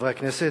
חברי הכנסת,